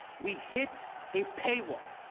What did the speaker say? we hit a paywall.